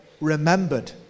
remembered